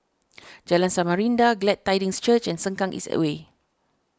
Jalan Samarinda Glad Tidings Church and Sengkang East Way